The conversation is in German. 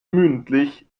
mündlich